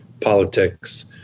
politics